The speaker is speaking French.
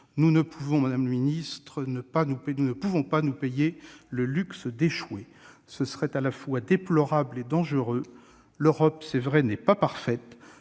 la secrétaire d'État, nous payer le luxe d'échouer. Ce serait à la fois déplorable et dangereux. L'Europe, c'est vrai, n'est pas parfaite